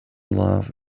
love